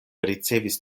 ricevis